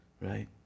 right